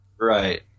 Right